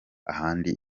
ahandi